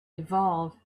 evolve